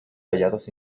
tallados